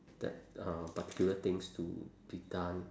that uh particular things to be done